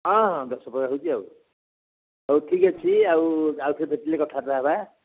ହଁ ଦଶ ପ୍ରକାର ହେଉଛି ଆଉ ହଉ ଠିକ୍ ଅଛି ଆଉ ଥରେ ଭେଟିଲେ କଥାବାର୍ତ୍ତା ହେବା